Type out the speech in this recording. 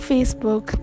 Facebook